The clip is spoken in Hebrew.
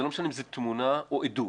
זה לא משנה אם זה תמונה או עדות,